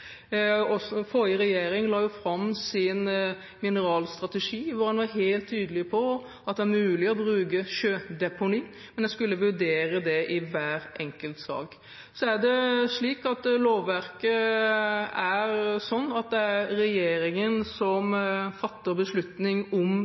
Forrige regjering la fram sin mineralstrategi, hvor en var helt tydelig på at det var mulig å bruke sjødeponi, men en skulle vurdere det i hver enkelt sak. Så er lovverket slik at det er regjeringen som fatter beslutning